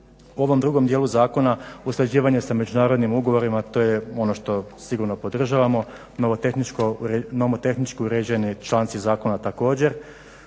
U ovom drugom dijelu zakona usklađivanje sa međunarodnim ugovorima to je ono što sigurno podržavamo. Nomotehničko uređeni članci zakona također.